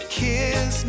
kiss